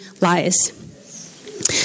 lies